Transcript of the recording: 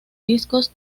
discos